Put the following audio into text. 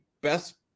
best